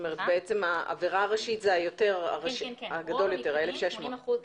ברוב המקרים דווקא כן העבירה הראשית עוסקת בתחום הזה.